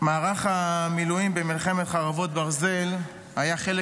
מערך המילואים במלחמת חרבות ברזל היה חלק